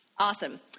Awesome